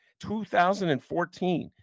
2014